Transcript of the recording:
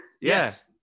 Yes